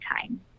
time